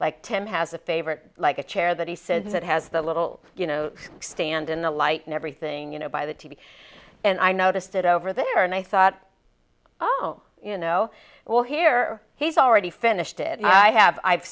like tim has a favorite like a chair that he says it has the little stand in the light and everything you know by the t v and i noticed it over there and i thought oh you know well here he's already finished it i have i've